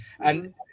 And-